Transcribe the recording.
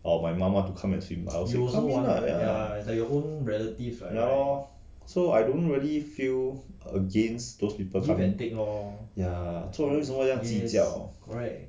or my mum want to come and swim I also come in ah ya lor so I don't really feel against those people from coming ya 做人为什么要这样计较